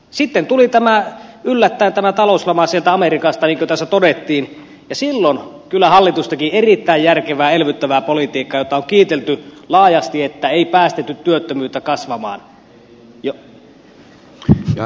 sitten tuli yllättäen tämä talouslama sieltä amerikasta niin kuin tässä todettiin ja silloin kyllä hallitus teki erittäin järkevää elvyttävää politiikkaa jota on kiitelty laajasti siitä että ei päästetty työttömyyttä kasvamaan